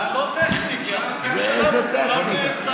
זה לא טכני, כי החוקים שלנו, כולם נעצרים.